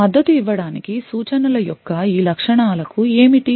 మద్దతు ఇవ్వడానికి సూచనలు యొక్క ఈ లక్షణాలకు ఏమిటి